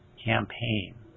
campaign